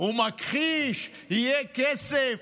הוא מכחיש: יהיה כסף.